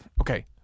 Okay